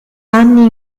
anni